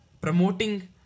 promoting